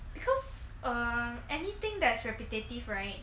because err anything that's repetitive right